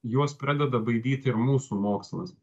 juos pradeda baidyti mūsų mokslas